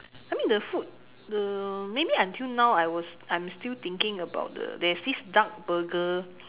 I mean the food the maybe until now I was I am still thinking about the there is this duck burger